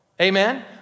Amen